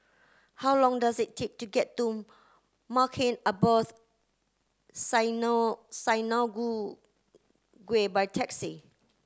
how long does it take to get to Maghain Aboth Synagogue by taxi